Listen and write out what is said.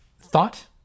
thought